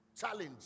challenge